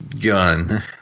gun